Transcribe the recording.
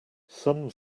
some